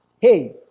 hey